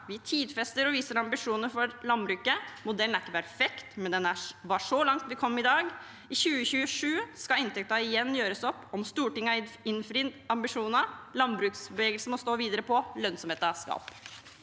Vi tidfester og viser ambisjonene for landbruket. Modellen er ikke perfekt, men det var så langt vi kom i dag. I 2027 skal inntekten igjen gjøres opp, om Stortinget har innfridd ambisjonene. Landbruksbevegelsen må stå på videre – lønnsomheten skal opp.